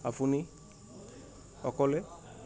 আপুনি অকলে